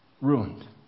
ruined